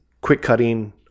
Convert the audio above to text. quick-cutting